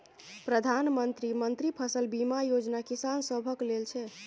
प्रधानमंत्री मन्त्री फसल बीमा योजना किसान सभक लेल छै